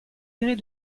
degrés